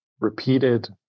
repeated